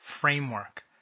framework